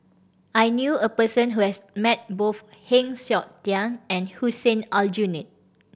I knew a person who has met both Heng Siok Tian and Hussein Aljunied